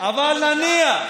אבל נניח,